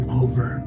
over